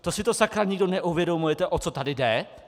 To si to, sakra, nikdo neuvědomujete, o co tady jde?